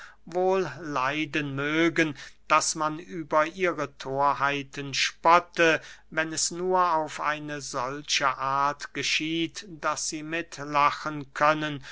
wohl leiden mögen daß man über ihre thorheiten spotte wenn es nur auf eine solche art geschieht daß sie mitlachen können